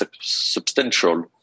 substantial